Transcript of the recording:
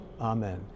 amen